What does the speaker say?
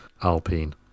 Alpine